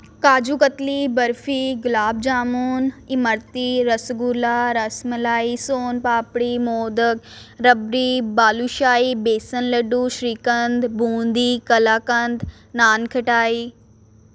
ਕਾਜੂ katli barfi gulab jamun imarti rasgulla rasmalai son papdi modak rabri balushahi besan laddu shrikhand boondi kalakand nankhatai